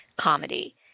comedy